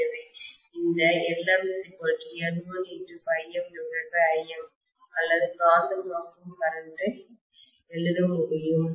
எனவே இந்த LmN1∅mIm அல்லது காந்தமாக்கும் கரண்ட் ஐ எழுத முடியும்